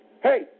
Hey